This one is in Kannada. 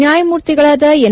ನ್ಯಾಯಮೂರ್ತಿಗಳಾದ ಎನ್